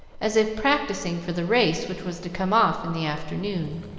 as if practising for the race which was to come off in the afternoon.